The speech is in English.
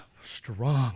strong